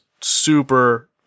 super